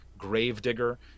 Gravedigger